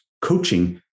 coaching